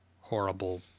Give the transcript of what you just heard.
horrible